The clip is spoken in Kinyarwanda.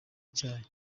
icyayi